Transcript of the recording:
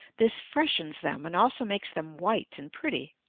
this freshens them and also makes them white and pretty.